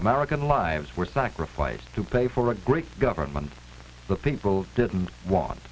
american lives were sacrificed to pay for a great government the people didn't want